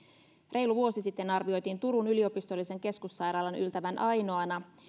reilu vuosi sitten arvioitiin turun yliopistollisen keskussairaalan yltävän ainoana